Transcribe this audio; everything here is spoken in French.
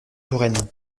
touraine